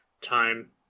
time